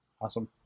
Awesome